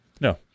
no